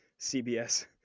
CBS